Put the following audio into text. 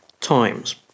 times